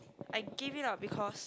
I gave it up because